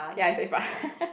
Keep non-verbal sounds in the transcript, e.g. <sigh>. ya it's very far <laughs>